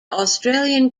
australian